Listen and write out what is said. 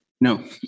no